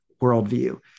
worldview